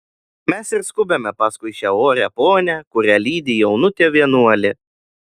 mes ir skubame paskui šią orią ponią kurią lydi jaunutė vienuolė